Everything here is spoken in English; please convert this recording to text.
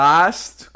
Last